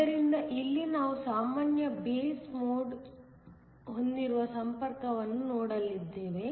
ಆದ್ದರಿಂದ ಇಲ್ಲಿ ನಾವು ಸಾಮಾನ್ಯ ಬೇಸ್ ಮೋಡ್ ಹೊಂದಿರುವ ಸಂಪರ್ಕವನ್ನು ನೋಡಲಿದ್ದೇವೆ